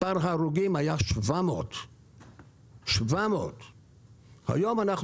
מספר ההרוגים היה 700. היום אנחנו